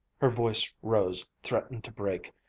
her voice rose, threatened to break.